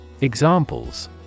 Examples